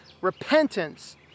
repentance